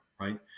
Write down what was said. Right